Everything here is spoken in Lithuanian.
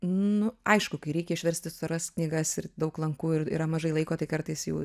nu aišku kai reikia išversti storas knygas ir daug lankų ir yra mažai laiko tai kartais jau